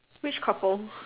which couple